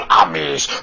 armies